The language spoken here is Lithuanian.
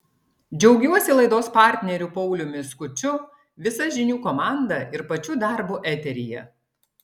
džiaugiuosi laidos partneriu pauliumi skuču visa žinių komanda ir pačiu darbu eteryje